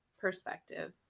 perspective